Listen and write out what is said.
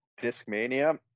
Discmania